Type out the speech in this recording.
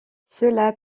cela